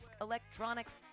Electronics